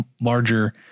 larger